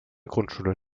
grundschule